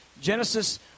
Genesis